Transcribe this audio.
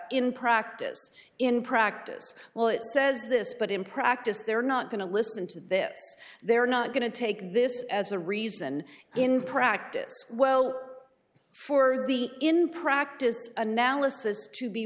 in practice in practice well it says this but in practice they're not going to listen to this they're not going to take this as a reason in practice well for the in practice analysis to be